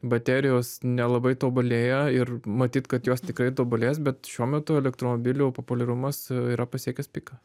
baterijos nelabai tobulėja ir matyt kad jos tikrai tobulės bet šiuo metu elektromobilių populiarumas yra pasiekęs piką